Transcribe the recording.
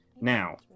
Now